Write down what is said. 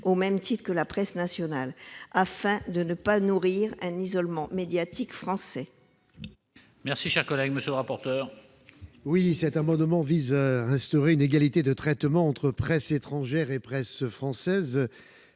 au même titre que la presse nationale, afin de ne pas nourrir un isolement médiatique français. Quel est l'avis de la commission ? Cet amendement vise à instaurer une égalité de traitement entre la presse étrangère et la presse française.